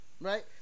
right